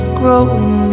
growing